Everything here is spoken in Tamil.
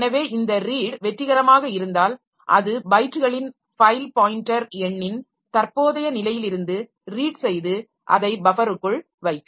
எனவே இந்த ரீட் வெற்றிகரமாக இருந்தால் அது பைட்டுகளின் ஃபைல் பாயின்டர் எண்ணின் தற்போதைய நிலையிலிருந்து ரீட் செய்து அதை பஃபருக்குள் வைக்கும்